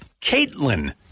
caitlin